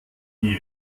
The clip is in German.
die